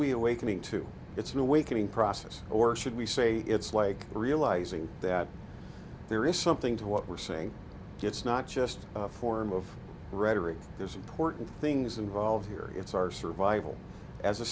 we awakening to it's an awakening process or should we say it's like realizing that there is something to what we're saying it's not just a form of rhetoric there's important things involved here it's our survival as a